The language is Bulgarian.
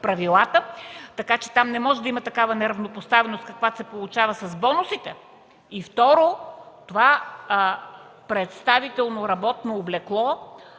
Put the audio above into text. правилата, така че там не може да има неравнопоставеност, каквато се получава с бонусите. Второ, това представително работно облекло